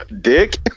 Dick